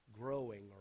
growing